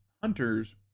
hunters